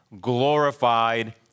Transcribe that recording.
glorified